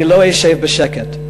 אני לא אשב בשקט.